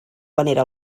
panera